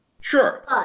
Sure